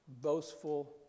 boastful